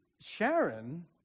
Sharon